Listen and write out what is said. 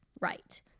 right